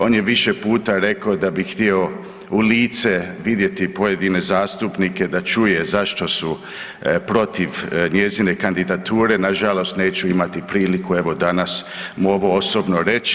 On je više puta rekao da bi htio u lice vidjeti pojedine zastupnike, da čuje zašto su protiv njezine kandidature, nažalost neću imati priliku evo danas mu ovo osobno reći.